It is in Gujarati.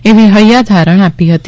એવી હૈયાધારણ આપી હતી